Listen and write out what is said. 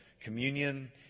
communion